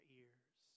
ears